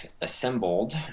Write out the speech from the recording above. Assembled